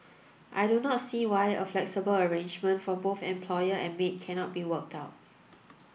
I do not see why a flexible arrangement for both employer and maid cannot be worked out